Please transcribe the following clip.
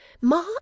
Ma